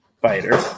fighter